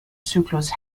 zyklus